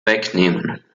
wegnehmen